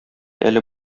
әле